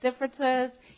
differences